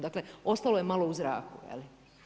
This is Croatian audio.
Dakle, ostalo je malo u zraku, jel.